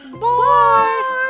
Bye